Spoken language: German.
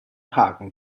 haken